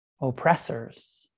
oppressors